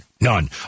None